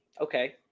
Okay